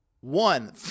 One